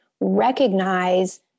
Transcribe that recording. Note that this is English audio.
recognize